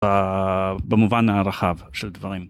במובן הרחב של דברים.